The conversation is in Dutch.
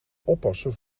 oppassen